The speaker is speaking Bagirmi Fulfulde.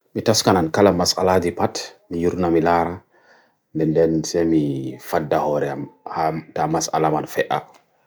Mi dilli nde tiiɗi ɗuɓɓi go'o, mi yahata naatnude ballal ɗuum, mi faala hotooji maa waɗi faayda nduu.